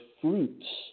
fruits